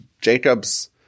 Jacob's